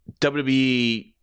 WWE